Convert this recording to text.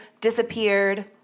disappeared